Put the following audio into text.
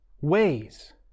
ways